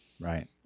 Right